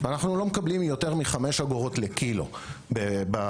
ואנחנו לא מקבלים יותר מ-5 אגורות לקילו בשווקים.